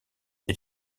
est